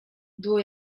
było